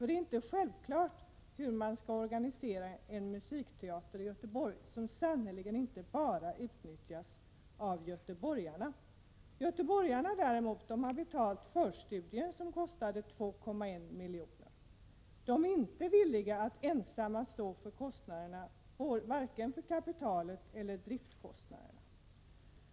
Det är inte självklart hur man skall organisera en musikteater i Göteborg, som sannerligen inte utnyttjas bara av göteborgarna. Göteborgarna har däremot fått betala förstudier som kostade 2,1 milj.kr. De är inte villiga att ensamma stå för vare sig kapitalkostnader eller driftskostnader.